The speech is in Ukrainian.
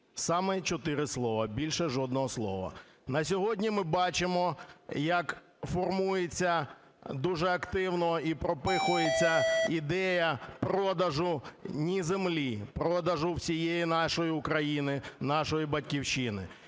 Саме чотири слова, більше жодного слова. На сьогодні ми бачимо, як формується, дуже активно, і пропихується ідея продажу не землі - продажу всієї нашої України, нашої Батьківщини.